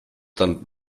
dann